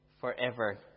forever